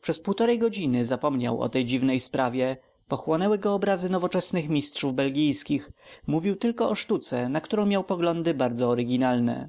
przez półtory godziny zapomniał o tej dziwnej sprawie pochłonęły go obrazy nowoczesnych mistrzów belgijskich mówił tylko o sztuce na którą miał poglądy bardzo oryginalne